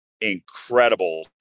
incredible